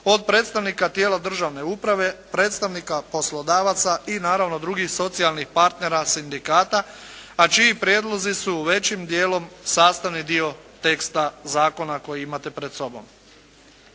od predstavnika tijela državne uprave, predstavnika poslodavaca i naravno drugih socijalnih partnera, sindikata, a čiji prijedlozi su većim dijelom sastavni dio teksta zakona koji imate pred sobom.